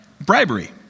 bribery